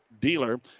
dealer